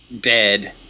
Dead